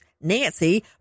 nancy